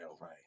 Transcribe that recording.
right